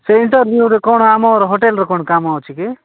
ସେଇ ଇଣ୍ଟରଭ୍ୟୁରେ କ'ଣ ଆମର ହୋଟେଲରେ କ'ଣ କାମ ଅଛି କି